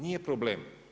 Nije problem.